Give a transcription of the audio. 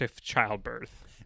childbirth